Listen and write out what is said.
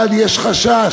אבל לי יש חשש,